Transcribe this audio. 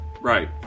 Right